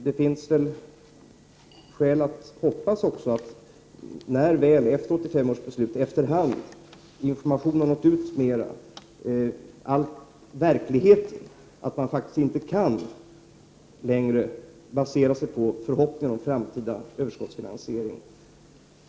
Det finns skäl att hoppas att intresset för omställningen ökar efterhand, när informationen om verkligheten har nått ut mera att man faktiskt inte längre kan basera på verksamheten på förhoppningar om framtida överskottsfinansiering.